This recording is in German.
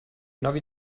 navi